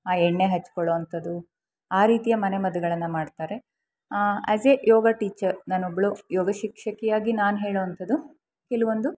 ಆ ಎಣ್ಣೆ ಹಚ್ಕೊಳ್ಳೋವಂಥದ್ದು ಆ ರೀತಿಯ ಮನೆಮದ್ದುಗಳನ್ನು ಮಾಡ್ತಾರೆ ಆ್ಯಸ್ ಎ ಯೋಗ ಟೀಚರ್ ನಾನು ಒಬ್ಬಳು ಯೋಗ ಶಿಕ್ಷಕಿಯಾಗಿ ನಾನು ಹೇಳುವಂಥದ್ದು ಕೆಲ್ವೊಂದು